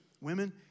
Women